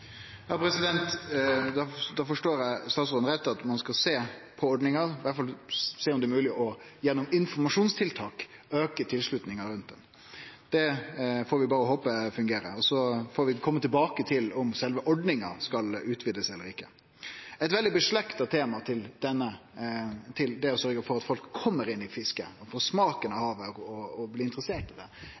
Da forstår eg statsråden rett, at ein skal sjå på ordninga for å sjå om det er mogleg gjennom informasjonstiltak å auke tilslutninga til ho. Det får vi berre håpe fungerer. Så får vi kome tilbake til om sjølve ordninga skal utvidast eller ikkje. Eit nærslekta tema til det å sørgje for at folk kjem inn i fisket, får smaken av og blir interessert i det,